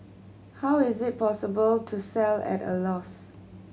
how is it possible to sell at a loss